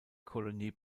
kolonie